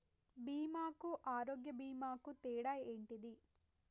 బీమా కు ఆరోగ్య బీమా కు తేడా ఏంటిది?